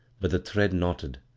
but the thread knotted,